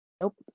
nope